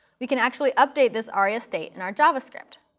we can actually update this aria state in our javascript.